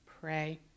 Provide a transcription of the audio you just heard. pray